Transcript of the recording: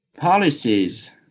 policies